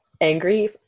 angry